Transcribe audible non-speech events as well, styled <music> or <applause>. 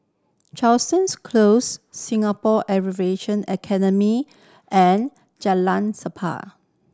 <unintelligible> Close Singapore <unintelligible> Academy and Jalan <unintelligible>